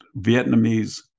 Vietnamese